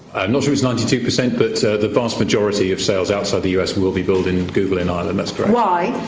ah and sure if is ninety two percent but so the vast majority of sales outside the us will be billed in google in ireland, that's correct. why?